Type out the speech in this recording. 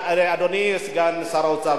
אדוני סגן שר האוצר,